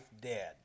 dead